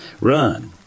Run